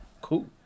Cool